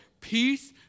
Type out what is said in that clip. peace